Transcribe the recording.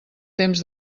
temps